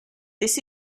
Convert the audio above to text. this